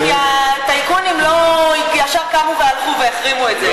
כי הטייקונים לא ישר קמו והתייאשו והחרימו את זה,